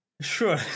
Sure